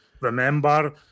remember